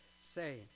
say